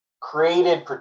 created